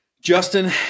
Justin